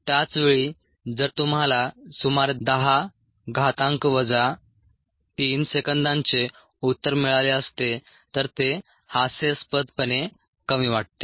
त्याच वेळी जर तुम्हाला सुमारे 10 घातांक वजा 3 सेकंदांचे उत्तर मिळाले असते तर ते हास्यास्पदपणे कमी वाटते